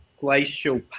glacial